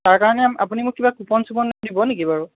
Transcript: তাৰ কাৰণে আপুনি মোক কিবা কুপন চুপন দিব নিকি বাৰু